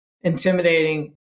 intimidating